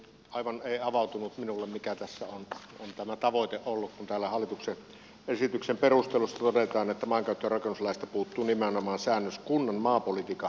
aivan ei avautunut minulle mikä tässä on tämä tavoite ollut kun täällä hallituksen esityksen perusteluissa todetaan että maankäyttö ja rakennuslaista puuttuu nimenomaan säännös kunnan maapolitiikan harjoittamisesta